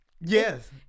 Yes